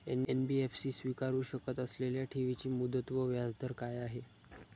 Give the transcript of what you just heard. NBFC स्वीकारु शकत असलेल्या ठेवीची मुदत व व्याजदर काय आहे?